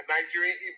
Nigerian